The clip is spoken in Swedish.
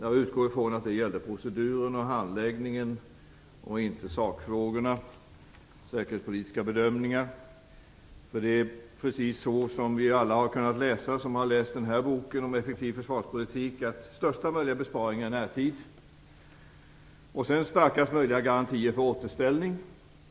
Jag utgår ifrån att det gällde proceduren och handläggningen och inte sakfrågorna och de säkerhetspolitiska bedömningarna. Det är precis som det står i den här boken om effektiv försvarspolitik om största möjliga besparingar i närtid och starkast möjliga garantier för återställning.